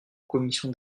commission